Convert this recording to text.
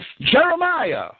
Jeremiah